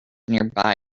nearby